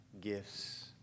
gifts